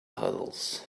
puddles